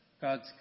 God's